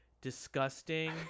disgusting